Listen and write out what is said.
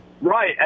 Right